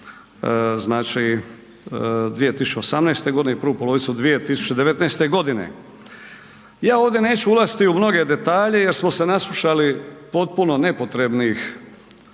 znači 2018.g. i prvu polovicu 2019.g. Ja ovdje neću ulaziti u mnoge detalje jer smo se naslušali potpuno nepotrebnih